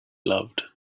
loved